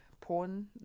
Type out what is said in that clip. porn